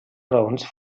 raons